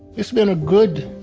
it's been a good,